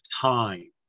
time